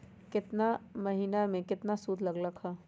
केतना महीना में कितना शुध लग लक ह?